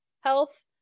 health